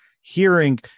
hearing